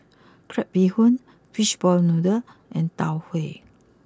Crab Bee Hoon Fishball Noodle and Tau Huay